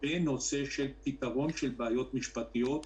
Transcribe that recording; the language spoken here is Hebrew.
בנושא של פתרון של בעיות משפטיות.